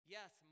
Yes